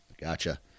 Gotcha